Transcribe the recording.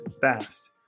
fast